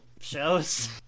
shows